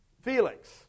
Felix